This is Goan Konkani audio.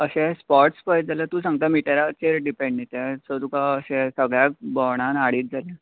अशे स्पोट्स पयत जाल्यार तूं सांगता ते मिटराचेर डिपेंड न्ही ते सगळ्याक भोंवडावन हाडीत जाल्यार